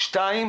ו-ב'